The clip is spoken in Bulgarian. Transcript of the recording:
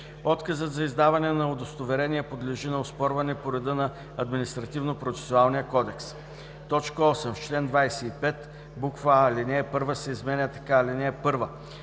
Отказът за издаване на удостоверение подлежи на оспорване по реда на Административнопроцесуалния кодекс.“ 8. В чл. 25: а) алинея 1 се изменя така: „(1)